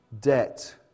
debt